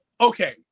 Okay